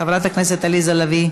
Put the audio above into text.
חברת הכנסת עליזה לביא,